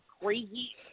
crazy